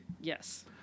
Yes